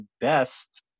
best